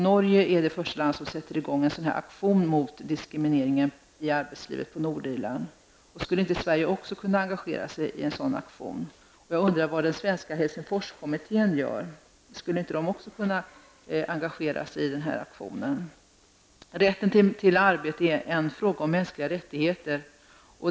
Norge är det första land som sätter i gång en aktion mot diskrimineringen i arbetslivet på Nordirland. Skulle inte Sverige också kunna engagera sig i en sådan aktion? Vad gör den svenska Helsingforskommittén? Skulle inte den också kunna engagera sig i denna aktion? Rätten till arbete är en fråga om mänskliga rättigheter.